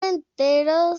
entero